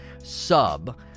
Sub